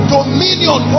Dominion